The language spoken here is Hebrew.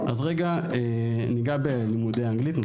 נתחיל בלימודי האנגלית.